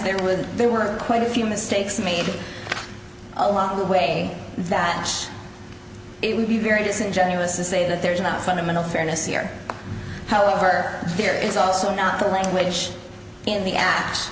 there with there were quite a few mistakes made along the way that it would be very disingenuous to say that there is not fundamental fairness here however there is also not the language in the act al